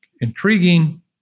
intriguing